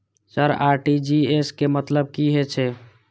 Sir RTGS के मतलब की हे छे?